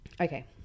Okay